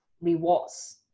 rewards